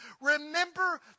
Remember